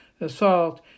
assault